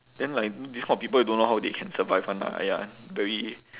then like this kind of people don't know how they can survive [one] lah !aiya! very